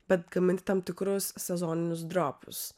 bet gaminti tam tikrus sezoninius dropus